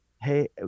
Hey